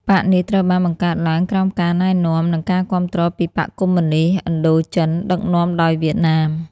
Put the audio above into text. បក្សនេះត្រូវបានបង្កើតឡើងក្រោមការណែនាំ និងការគាំទ្រពីបក្សកុម្មុយនីស្តឥណ្ឌូចិន (ដឹកនាំដោយវៀតណាម)។